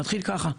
ברשותך,